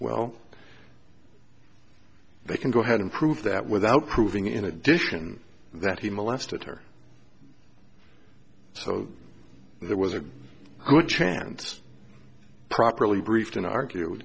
well they can go ahead and prove that without proving in addition that he molested her so there was a good chance properly briefed and argue